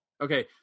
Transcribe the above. okay